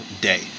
day